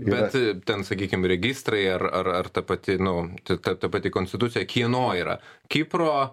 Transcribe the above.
bet ten sakykim registrai ar ar ta pati nu tata ta pati konstitucija kieno yra kipro